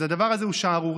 אז הדבר הזה הוא שערורייה.